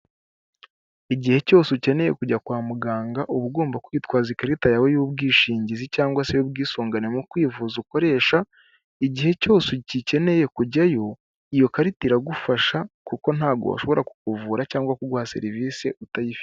Igihe cyose ukeneye kujya kwa muganga, uba ugomba kwitwaza ikarita yawe y'ubwishingizi cyangwa se y'ubwisungane mu kwivuza ukoresha, igihe cyose ugikeneye kujyayo, iyo karita iragufasha kuko ntabwo washobora kukuvura cyangwa kuguha serivisi utayifite.